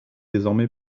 désormais